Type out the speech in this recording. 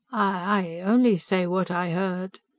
i only say what i heard.